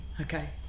Okay